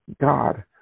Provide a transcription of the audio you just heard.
God